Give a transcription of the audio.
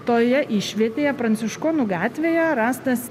toje išvietėje pranciškonų gatvėje rastas